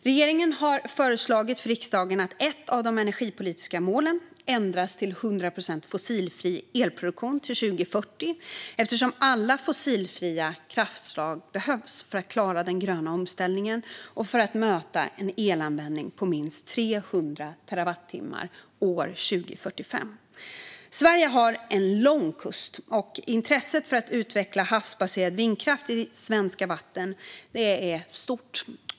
Regeringen har föreslagit för riksdagen att ett av de energipolitiska målen ändras till 100 procent fossilfri elproduktion till 2040 eftersom alla fossilfria kraftslag behövs för att klara den gröna omställningen och för att möta en elanvändning på minst 300 terawattimmar år 2045. Sverige har en lång kust, och intresset för att utveckla havsbaserad vindkraft i svenska vatten är stort.